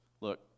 look